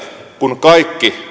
kun kaikki